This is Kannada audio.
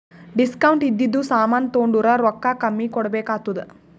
ಡಿಸ್ಕೌಂಟ್ ಇದ್ದಿದು ಸಾಮಾನ್ ತೊಂಡುರ್ ರೊಕ್ಕಾ ಕಮ್ಮಿ ಕೊಡ್ಬೆಕ್ ಆತ್ತುದ್